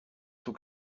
tout